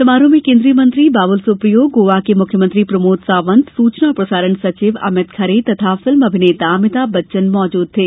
समारोह में केन्द्रीय मंत्री बाबूल सुप्रियो गोवा के मुख्यमंत्री प्रमोद सावंत सूचना और प्रसारण सचिव अभित खरे तथा फिल्म अभिनेता अभिताभ बच्चन मौजूद थे